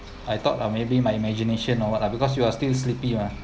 I thought lah maybe my imagination or what lah because you are still sleepy mah